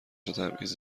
تبعیض